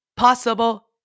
possible